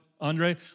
Andre